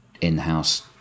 in-house